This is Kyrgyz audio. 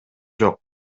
жок